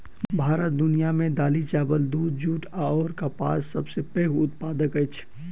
भारत दुनिया मे दालि, चाबल, दूध, जूट अऔर कपासक सबसे पैघ उत्पादक अछि